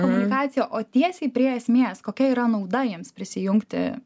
komunikacija o tiesiai prie esmės kokia yra nauda jiems prisijungti